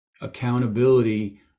Accountability